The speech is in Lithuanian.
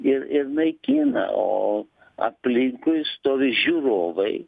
ir ir naikina o aplinkui stovi žiūrovai